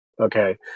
okay